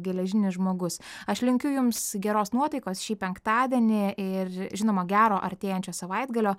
geležinis žmogus aš linkiu jums geros nuotaikos šį penktadienį ir žinoma gero artėjančio savaitgalio